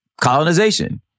colonization